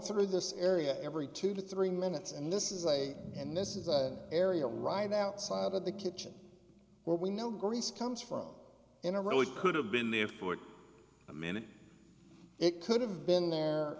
through this area every two to three minutes and this is a and this is an area right outside of the kitchen where we know grease comes from in a really could have been there for a minute it could have been there